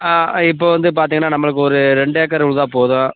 ஆ இப்போ வந்து பார்த்தீங்கன்னா நம்மளுக்கு ஒரு ரெண்டு ஏக்கர் உழுதா போதும்